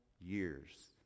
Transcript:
years